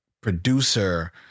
producer